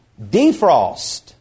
defrost